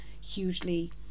hugely